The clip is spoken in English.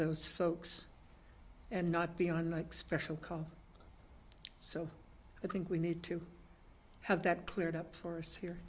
those folks and not be on like special call so i think we need to have that cleared up force here